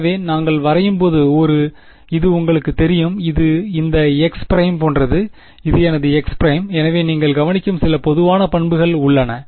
எனவே நாங்கள் வரையும் போது இது உங்களுக்குத் தெரியும் இது இந்த x பிரைம் போன்றது இது எனது x பிரைம் எனவே நீங்கள் கவனிக்கும் சில பொதுவான பண்புகள் உள்ளன